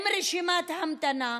עם רשימת המתנה.